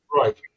Right